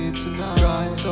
tonight